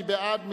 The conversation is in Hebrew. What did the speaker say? מי בעד?